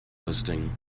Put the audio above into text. hosting